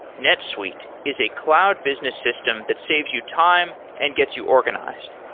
netsuite is a cloud business system that saves you time and gets you organized.